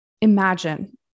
imagine